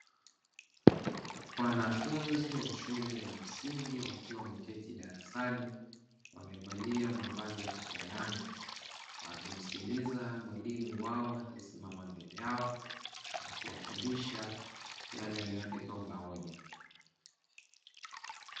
Wanafunzi wa shule ya msingi wakiwa wameketi darasani, wamevalia mavazi ya kufanana, wakimskiliza mwalimu wao aliyesimama mbele yao na kuwafundisha yale aliyoandika ubaoni.